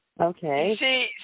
Okay